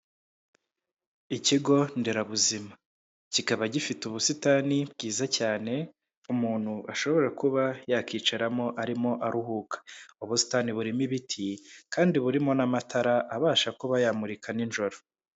Ikigonderabuzima kikaba gifite ubusitani bwiza cyane umuntu ashobora kuba yakicaramo arimo aruhuka, ubusitani burimo ibiti kandi burimo n'amatara abasha kuba yamurika n'ijoro.